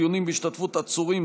דיונים בהשתתפות עצורים,